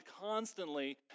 constantly